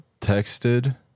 texted